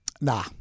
Nah